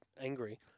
angry